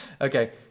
Okay